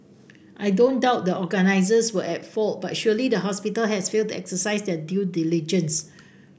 I don't doubt the organizers were at fault but surely the hospital has failed to exercise their due diligence